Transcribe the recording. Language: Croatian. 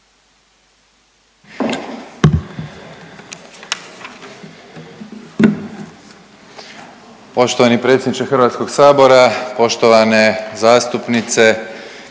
poštovani predsjedniče Hrvatskoga sabora. Poštovani gospodine